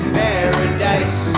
paradise